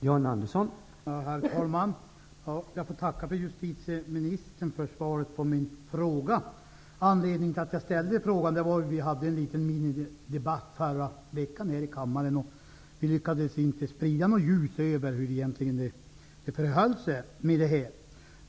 Herr talman! Jag tackar justitieministern för svaret på min fråga. Anledningen till frågan var att vi förra veckan hade en minidebatt om detta, och vi lyckades inte sprida något ljus över hur det egentligen förhöll sig.